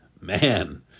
man